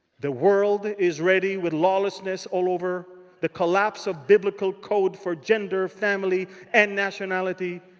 the world is ready with lawlessness all over. the collapse of biblical code for gender, family and nationality.